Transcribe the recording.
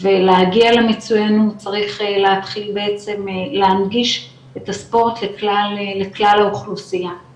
ולהגיע למצוינות צריך להתחיל בעצם להנגיש את הספורט לכלל האוכלוסיה.